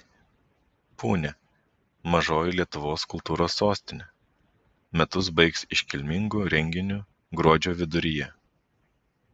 punia mažoji lietuvos kultūros sostinė metus baigs iškilmingu renginiu gruodžio viduryje